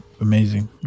amazing